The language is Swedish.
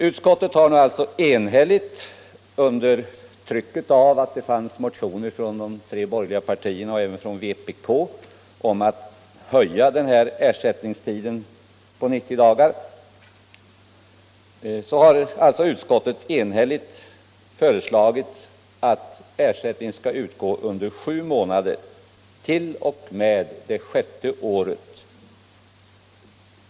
Utskottet har — under trycket av att det fanns motioner från de tre borgerliga partierna och även från vpk om en förlängning av ersättningstiden — enhälligt föreslagit att ersättning vid adoption skall utgå under sju månader t.o.m. barnets sjätte år.